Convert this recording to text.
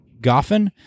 Goffin